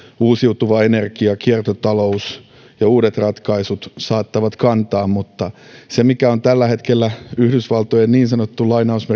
uusiutuva energia kiertotalous ja uudet ratkaisut saattavat kantaa mutta se mikä on tällä hetkellä yhdysvaltojen niin sanottu